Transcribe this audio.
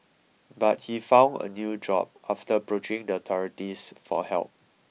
but he found a new job after approaching the authorities for help